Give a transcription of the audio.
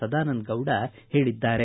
ಸದಾನಂದ ಗೌಡ ಹೇಳಿದ್ದಾರೆ